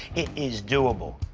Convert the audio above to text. it is doable.